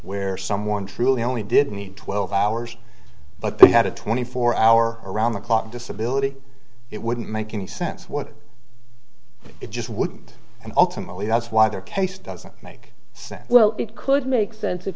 where someone truly only did need twelve hours but they had a twenty four hour around the clock disability it wouldn't make any sense what it just wouldn't and ultimately that's why their case doesn't make sense well it could make sense if